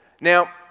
Now